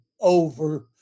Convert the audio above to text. over